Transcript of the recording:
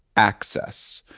access,